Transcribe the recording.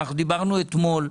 אנחנו דיברנו אתמול.